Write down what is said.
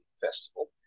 festival